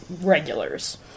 regulars